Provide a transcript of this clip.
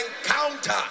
encounter